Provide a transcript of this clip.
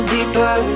Deeper